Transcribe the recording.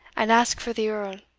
and ask for the earl.